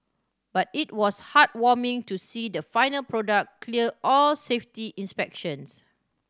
but it was heartwarming to see the final product clear all safety inspections